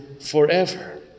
forever